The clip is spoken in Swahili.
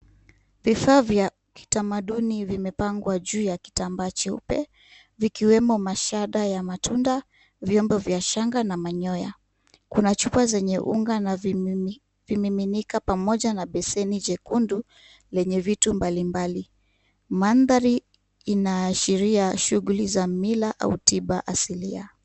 Vifaa vya kitamaduni vimepangwa juu ya kitambaa cheupe. Vikiwemo mashada ya matunda, vyombo vya shanga na manyoya. Kuna chupa zenye unga na vimiminika pamoja na beseni jekundu lenye vitu mbalimbali. Mandhari inaashiria shughuli za mila au tiba asilia.